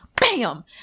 bam